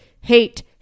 hate